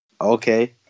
Okay